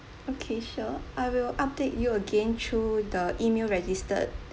okay sure I will update you again through the email registered